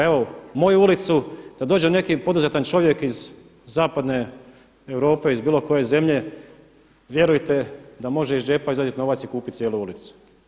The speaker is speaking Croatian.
Evo u moju ulicu da dođe neki poduzetan čovjek iz zapadne Europe, iz bilo koje zemlje, vjerujte da može iz džepa izvaditi novac i kupiti cijelu ulicu.